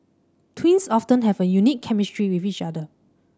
twins often have a unique chemistry with each other